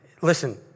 listen